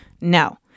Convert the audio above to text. No